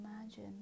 imagine